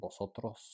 Vosotros